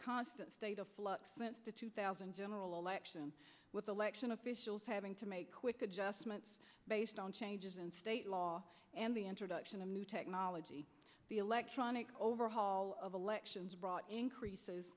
constant state of flux the two thousand general election with election officials having to make quick adjustments based on changes state law and the introduction of new technology the electronic overhaul of elections brought